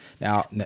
Now